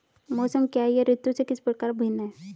मौसम क्या है यह ऋतु से किस प्रकार भिन्न है?